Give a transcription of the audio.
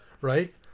right